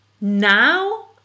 Now